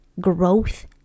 growth